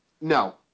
No